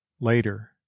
Later